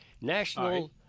National